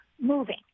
Moving